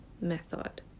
method